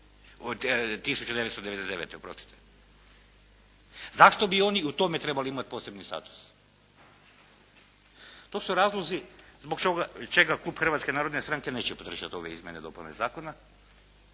1999. oprostite. Zašto bi oni u tome trebali imati posebni status? To su razlozi zbog čega klub Hrvatske narodne stranke neće podržati ove izmjene i dopune zakona,